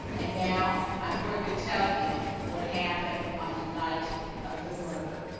and now i am going to tell you what happened on the night of the murder.